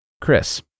Chris